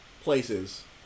places